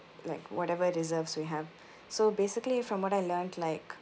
like whatever reserves we have so basically from what I learnt like